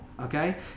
okay